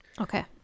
Okay